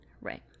Right